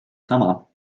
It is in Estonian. sama